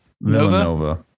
Villanova